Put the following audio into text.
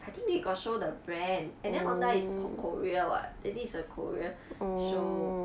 I think they got show the brand and then Honda is or korea [what] then this is a korea show